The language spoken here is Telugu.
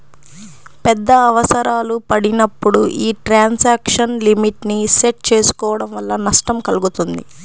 పెద్ద అవసరాలు పడినప్పుడు యీ ట్రాన్సాక్షన్ లిమిట్ ని సెట్ చేసుకోడం వల్ల నష్టం కల్గుతుంది